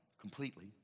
completely